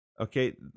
Okay